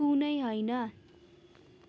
कुनै होइन